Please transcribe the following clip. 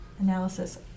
analysis